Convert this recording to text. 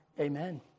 Amen